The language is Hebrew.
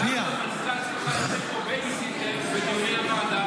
--- כמו בייביסיטר בדיוני הוועדה?